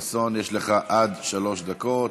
אכרם חסון, יש לך עד שלוש דקות.